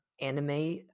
anime